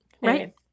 Right